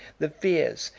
the veres,